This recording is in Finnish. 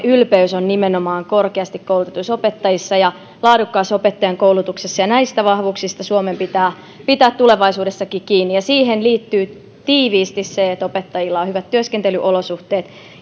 ylpeys on nimenomaan korkeasti koulutetuissa opettajissa ja laadukkaassa opettajankoulutuksessa ja näistä vahvuuksista suomen pitää pitää tulevaisuudessakin kiinni siihen liittyy tiiviisti se että opettajilla on hyvät työskentelyolosuhteet